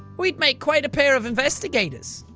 we'd make quite a pair of investigators.